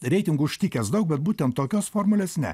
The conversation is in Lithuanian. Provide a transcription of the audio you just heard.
reitingų užtikęs daug bet būtent tokios formulės ne